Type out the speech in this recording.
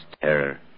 terror